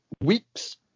Weeks